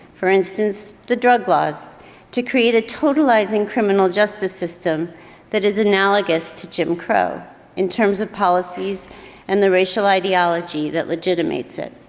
for instance, the drug laws to create a totalizing criminal justice system that is analogous to jim crow in terms of policies and the racial ideology that legitimates it.